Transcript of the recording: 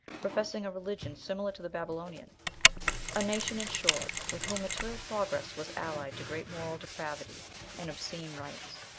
professing a religion similar to the babylonian a nation, in short, with whom material progress was allied to great moral depravity and obscene rites.